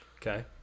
Okay